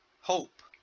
hope